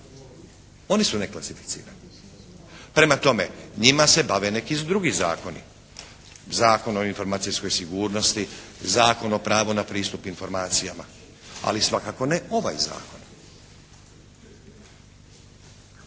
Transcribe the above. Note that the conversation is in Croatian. Oni su neklasificirani. Prema tome, njima se bave neki drugi zakoni, Zakon o informacijskoj sigurnosti, Zakon o pravu na pristup informacijama, ali svakako ne ovaj Zakon.